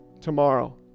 tomorrow